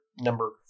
number